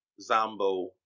Zambo